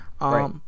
Right